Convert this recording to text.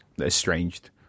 estranged